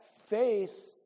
faith